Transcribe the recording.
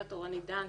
הגברת אורנית דן,